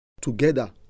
together